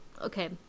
okay